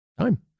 time